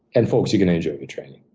and folks, you're gonna enjoy your training.